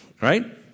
right